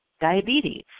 diabetes